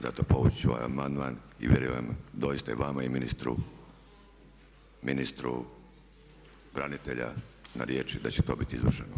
Zato povući ću ovaj amandman i vjerujem doista i vama i ministru branitelja na riječi da će to biti izvršeno.